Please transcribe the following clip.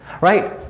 Right